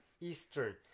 Eastern